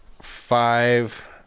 five